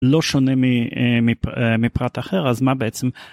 לא שונה מפרט אחר, אז מה בעצם...